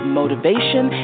motivation